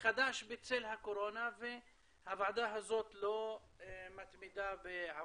חדש בצל הקורונה והוועדה הזאת לא מתמידה בעבודתה.